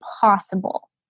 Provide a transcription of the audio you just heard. possible